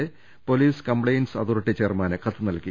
A police complaints authority ചെയർമാന് കത്ത് നൽകി